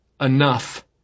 enough